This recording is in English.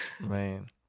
man